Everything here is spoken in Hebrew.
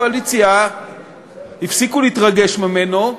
זה מעין ריטואל שגם האופוזיציה וגם הקואליציה הפסיקו להתרגש ממנו,